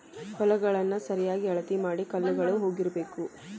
ಹೊಲಗಳನ್ನಾ ಸರಿಯಾಗಿ ಅಳತಿ ಮಾಡಿ ಕಲ್ಲುಗಳು ಹುಗಿಬೇಕು